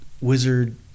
wizard